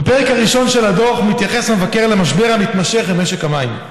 בפרק הראשון של הדוח מתייחס המבקר למשבר המתמשך במשק המים,